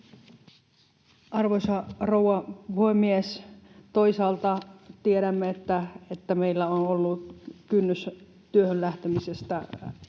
Arvoisa rouva puhemies! Toisaalta tiedämme, että meillä on ollut kynnys työhön lähtemisessä